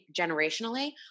generationally